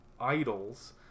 idols